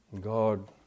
God